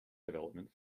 development